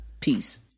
peace